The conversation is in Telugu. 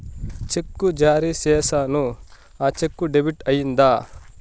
చెక్కు జారీ సేసాను, ఆ చెక్కు డెబిట్ అయిందా